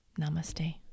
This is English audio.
namaste